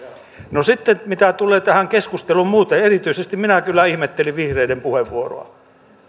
sitten mitä tulee tähän keskusteluun muuten erityisesti minä kyllä ihmettelin vihreiden puheenvuoroa